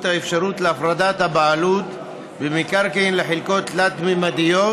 האפשרות להפרדת הבעלות במקרקעין לחלקות תלת-ממדיות,